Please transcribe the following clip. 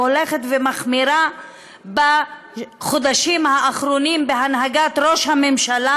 והולכת ומחמירה בחודשים האחרונים בהנהגת ראש הממשלה?